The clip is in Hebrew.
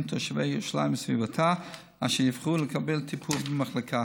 תושבי ירושלים וסביבתה אשר יוכלו לקבל טיפול במחלקה.